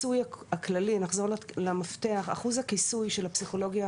נחזור למפתח: אחוז הכיסוי הכללי של הפסיכולוגיה